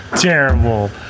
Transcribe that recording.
Terrible